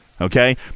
Okay